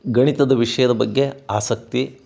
ಗಣಿತದ ವಿಷಯದ ಬಗ್ಗೆ ಆಸಕ್ತಿ